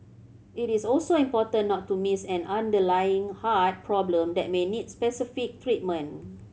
it is also important not to miss an underlying heart problem that may need specific treatment